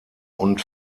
und